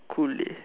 cool dey